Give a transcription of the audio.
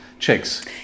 chicks